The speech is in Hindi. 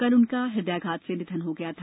कल उनका हृदयाघात से निधन हो गया था